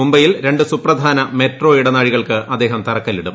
മുംബൈയിൽ രണ്ട് സുപ്രധാന മെട്രോ ഇടനാഴികൾക്ക് അദ്ദേഹം തറക്കല്ലിടും